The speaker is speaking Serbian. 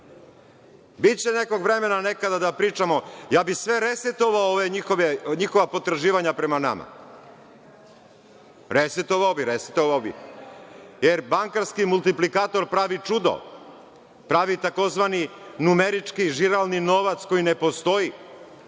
Biće nekog vremena nekada da pričamo. Ja bih sve resetovao ova njihova potraživanja prema nama. Resetovao bih, resetovao bih, jer bankarski multiplikator pravi čudo, pravi tzv. numerički žiralni novac koji ne postoji.